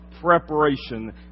preparation